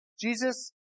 Jesus